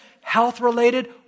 health-related